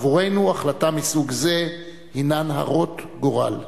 עבורנו החלטות מסוג זה הינן הרות גורל.